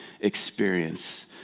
experience